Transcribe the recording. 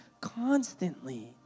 constantly